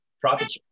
profit